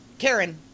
Karen